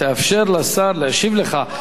תאפשר לשר להשיב לך,